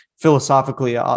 philosophically